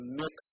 mix